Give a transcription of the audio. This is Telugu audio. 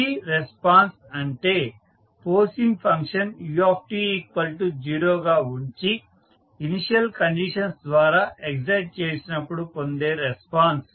ఫ్రీ రెస్పాన్స్ అంటే ఫోర్సింగ్ ఫంక్షన్ u0 గా ఉంచి ఇనీషియల్ కండిషన్స్ ద్వారా ఎక్సైట్ చేసినపుడు పొందే రెస్పాన్స్